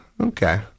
okay